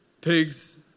Pigs